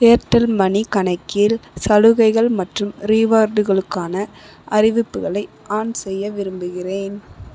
Airtel money கணக்கில் சலுகைகள் மற்றும் ரிவார்டுகளுக்கான அறிவிப்புகளை ஆன் செய்ய விரும்புகிறேன்